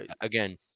again